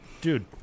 dude